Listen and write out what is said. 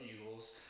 Eagles